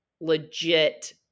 legit